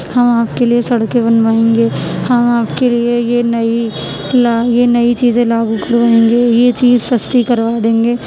ہم آپ کے لیے سڑکیں بنوائیں گے ہم آپ کے لیے یہ نئی کلا یہ نئی چیزیں لاگو کریں گے یہ چیز سستی کروا دیں گے